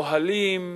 אוהלים,